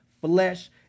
flesh